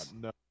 no